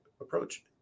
approach